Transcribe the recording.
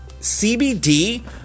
CBD